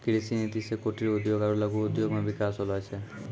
कृषि नीति से कुटिर उद्योग आरु लघु उद्योग मे बिकास होलो छै